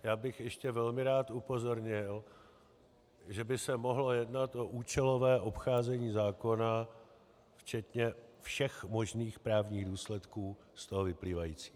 Já bych ještě velmi rád upozornil, že by se mohlo jednat o účelové obcházení zákona včetně možných právních důsledků z toho vyplývajících.